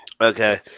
Okay